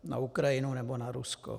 Na Ukrajinu, nebo na Rusko?